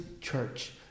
church